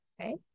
Okay